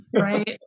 right